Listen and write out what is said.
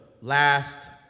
last